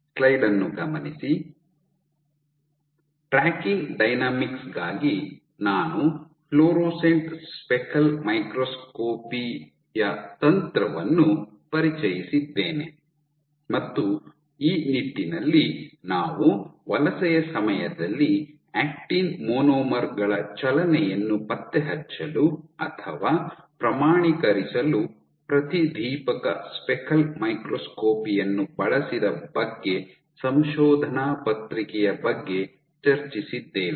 tracking dynamics ಗಾಗಿ ನಾನು fluorescent speckle microscopy ಯ ತಂತ್ರವನ್ನು ಪರಿಚಯಿಸಿದ್ದೇನೆ ಮತ್ತು ಈ ನಿಟ್ಟಿನಲ್ಲಿ ನಾವು ವಲಸೆಯ ಸಮಯದಲ್ಲಿ ಆಕ್ಟಿನ್ ಮೊನೊಮರ್ ಗಳ ಚಲನೆಯನ್ನು ಪತ್ತೆಹಚ್ಚಲು ಅಥವಾ ಪ್ರಮಾಣೀಕರಿಸಲು ಪ್ರತಿದೀಪಕ ಸ್ಪೆಕಲ್ ಮೈಕ್ರೋಸ್ಕೋಪಿ ಯನ್ನು ಬಳಸಿದ ಬಗ್ಗೆ ಸಂಶೋಧನಾ ಪತ್ರಿಕೆಯ ಬಗ್ಗೆ ಚರ್ಚಿಸುತ್ತಿದ್ದೇವೆ